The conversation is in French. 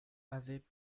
avaient